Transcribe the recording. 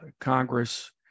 Congress